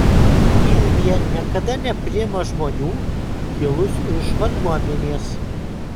gildija niekada nepriima žmonių kilusių iš varguomenės